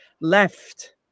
left